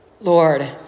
Lord